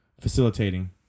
facilitating